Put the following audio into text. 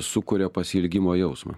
sukuria pasiilgimo jausmą